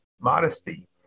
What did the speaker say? modesty